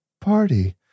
party